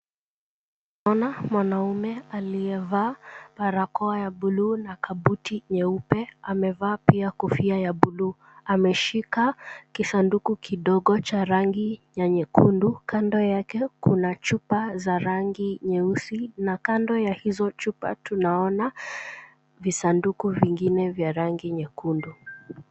Naona mwanaume aliyevaa barakoa ya buluu na kabuti nyeupe, amevaa pia kofia ya buluu. Ameshika kisanduku kidogo cha rangi ya nyekundu, kando yake kuna chupa za rangi nyeusi na kando ya hizo chupa tunaona visanduku vingine vya rangi nyekundu.